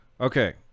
okay